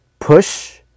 push